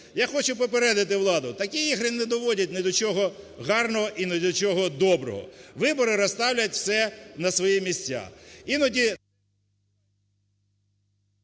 Я хочу попередити владу, такі ігри не доводять ні до чого гарного і ні до чого доброго. Вибори розставлять все на свої місця.